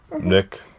Nick